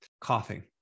coughing